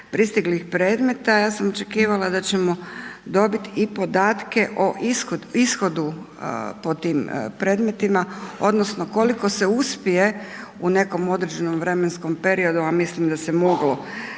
pristiglih predmeta ja sam očekivala da ćemo dobiti i podatke o ishodu po tim predmetima odnosno koliko se uspije u nekom određenom vremenskom periodu, a mislim da se moglo